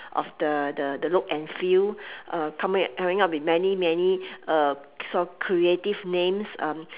of the the the look and feel uh coming coming up with many many uh sort of creative names um